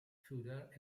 further